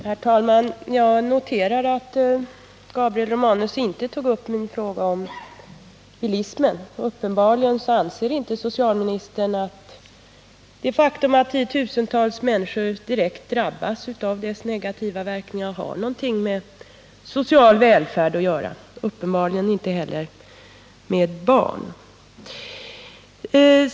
Herr talman! Jag noterar att Gabriel Romanus inte tog upp min fråga om bilismen. Uppenbarligen anser inte socialministern att det faktum att 10 000 tals människor direkt drabbas av dess negativa verkningar har någonting med social välfärd att göra — och uppenbarligen inte heller med barn.